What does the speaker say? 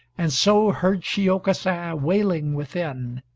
and so heard she aucassin wailing within,